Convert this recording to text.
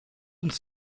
uns